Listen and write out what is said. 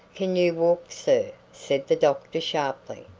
can you walk, sir? said the doctor sharply.